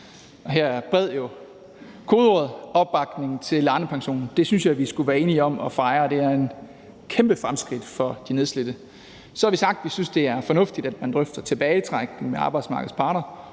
her er »bred« jo kodeordet – opbakning til Arnepensionen. Det synes jeg vi skulle være enige om at fejre. Det er et kæmpe fremskridt for de nedslidte. Så har vi sagt, at vi synes, det er fornuftigt, at man drøfter tilbagetrækning med arbejdsmarkedets parter,